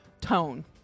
tone